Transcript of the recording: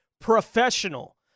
professional